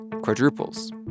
quadruples